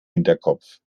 hinterkopf